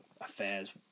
affairs